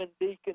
Deacon